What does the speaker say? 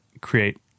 create